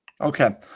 Okay